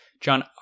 John